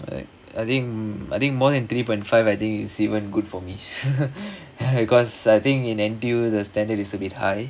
I I think I think more than three point five I think is even good for me because I think in N_T_U the standard is a bit high